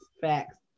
Facts